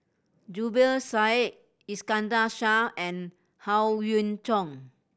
Zubir Said Iskandar Shah and Howe Yoon Chong